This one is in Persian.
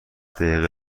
دقیقه